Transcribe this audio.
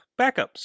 backups